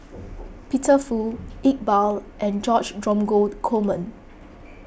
Peter Fu Iqbal and George Dromgold Coleman